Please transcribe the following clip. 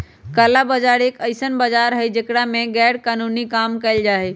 काला बाजार एक ऐसन बाजार हई जेकरा में गैरकानूनी काम कइल जाहई